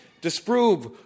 disprove